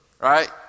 Right